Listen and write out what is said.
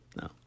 No